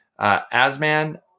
Asman